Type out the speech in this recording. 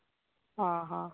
हा हा